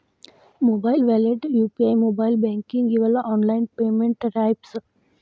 mobile wallet UPI mobile banking ಇವೆಲ್ಲ online payment types